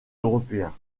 européens